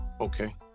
Okay